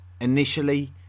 Initially